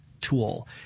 tool